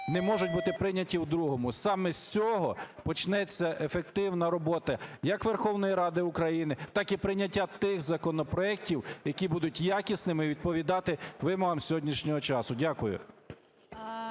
не можуть бути прийняті в другому. Саме з цього почнеться ефективна робота як Верховної Ради України, так і прийняття тих законопроектів, які будуть якісними і відповідати вимогам сьогоднішнього часу. Дякую.